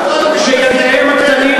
כל מתנחל,